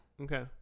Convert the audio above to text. okay